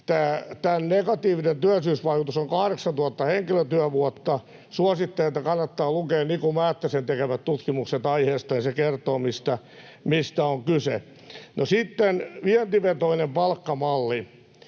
tämän negatiivinen työllisyysvaikutus on 8 000 henkilötyövuotta, suosittelen, että kannattaa lukea Niku Määttäsen tekemät tutkimukset aiheesta. Se kertoo, mistä on kyse. No sitten vientivetoinen palkkamalli.